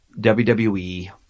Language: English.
wwe